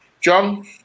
John